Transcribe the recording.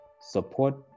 support